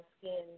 skin